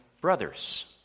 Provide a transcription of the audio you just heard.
brothers